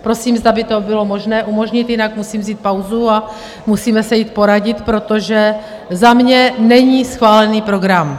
Prosím, zda by to bylo možné umožnit, jinak musím vzít pauzu a musíme se jít poradit, protože za mě není schválený program.